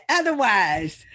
otherwise